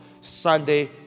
Sunday